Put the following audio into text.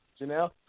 Janelle